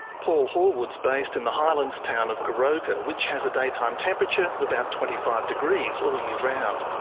paul horwood's based in the highlands town of goroka, which has a daytime temperature of about twenty five degrees all year round.